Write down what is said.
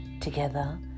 Together